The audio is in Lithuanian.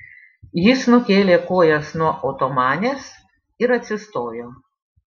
jis nukėlė kojas nuo otomanės ir atsistojo